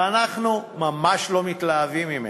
ואנחנו ממש לא מתלהבים ממנה.